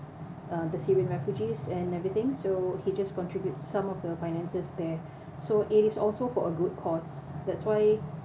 uh the syrian refugees and everything so he just contributes some of the finances there so it is also for a good cause that's why